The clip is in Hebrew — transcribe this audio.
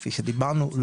כפי שדיברנו,